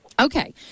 Okay